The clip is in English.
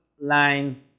lines